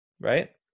right